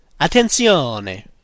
Attenzione